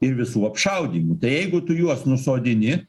ir visų apšaudymų tai jeigu tu juos nusodini